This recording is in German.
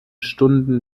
stunden